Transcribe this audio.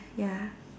ya